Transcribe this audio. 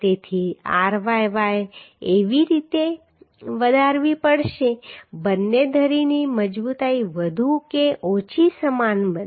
તેથી રાયને એવી રીતે વધારવી પડશે કે બંને ધરીની મજબૂતાઈ વધુ કે ઓછી સમાન બને